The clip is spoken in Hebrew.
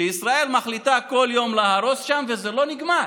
שישראל מחליטה כל יום להרוס שם וזה לא נגמר?